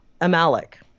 Amalek